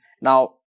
Now